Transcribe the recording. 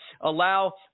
allow